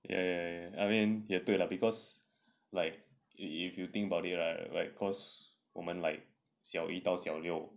ya ya ya I mean 也对 lah because like if you think about it right like cause 我们 like 小一到小六